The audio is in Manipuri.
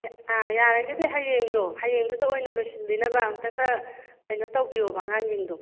ꯑꯥ ꯌꯥꯔꯒꯗꯤ ꯍꯌꯦꯡꯗꯣ ꯍꯌꯦꯡꯗꯨꯗ ꯑꯣꯏꯅ ꯂꯣꯏꯁꯤꯟꯕꯤꯅꯕ ꯑꯝꯇ ꯈꯔ ꯀꯩꯅꯣ ꯇꯧꯕꯤꯌꯣꯕ ꯑꯉꯥꯡꯁꯤꯡꯗꯣ